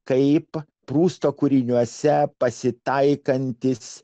kaip prusto kūriniuose pasitaikantys